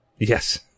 Yes